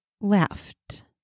left